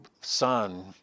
son